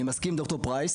אני מסכים עם דוקטור פרייס